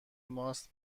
ماست